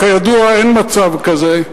כידוע, אין מצב כזה.